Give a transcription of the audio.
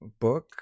book